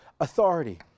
authority